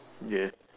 ya